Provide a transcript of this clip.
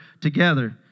together